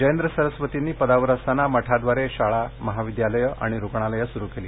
जयेंद्र सरस्वतींनी पदावर असताना मठाद्वारे शाळा महाविद्यालयं आणि रुग्णालयं सुरू केली